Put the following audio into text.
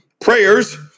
prayers